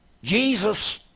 Jesus